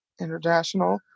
international